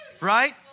right